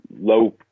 low